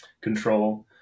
control